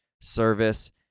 service